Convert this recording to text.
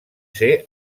ser